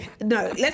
no